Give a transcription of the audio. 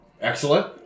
Excellent